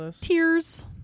Tears